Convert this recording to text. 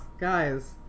guys